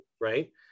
right